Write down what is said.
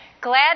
Glad